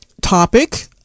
topic